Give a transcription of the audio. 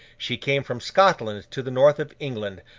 she came from scotland to the north of england,